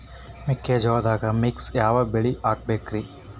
ಮೆಕ್ಕಿಜೋಳದಾಗಾ ಮಿಕ್ಸ್ ಯಾವ ಬೆಳಿ ಹಾಕಬೇಕ್ರಿ?